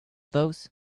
those